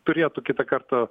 turėtų kitą kartą